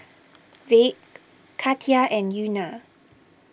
Vick Katia and Euna